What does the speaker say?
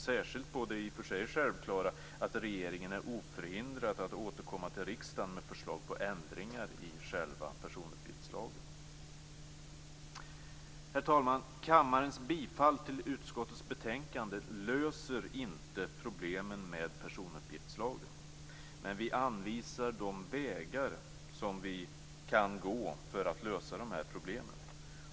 Statsrådet har via pressmeddelande meddelat att statsrådet är nöjd med vad Datainspektionen har gjort. Men jag vill förtydliga att Centerpartiet inte kommer att nöja sig med undantag som ger en uttunnad yttrandefrihet på nätet. När det gäller denna fråga avser jag dock att återkomma direkt till ministern.